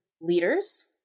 leaders